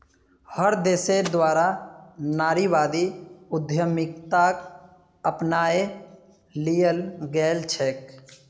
हर देशेर द्वारा नारीवादी उद्यमिताक अपनाए लियाल गेलछेक